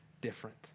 different